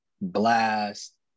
Blast